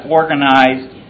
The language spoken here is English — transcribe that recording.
organized